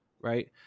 right